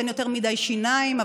אין יותר מדי שיניים,